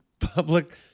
public